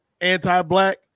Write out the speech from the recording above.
anti-black